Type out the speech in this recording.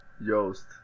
yost